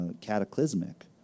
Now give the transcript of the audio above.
cataclysmic